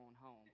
home